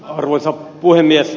arvoisa puhemies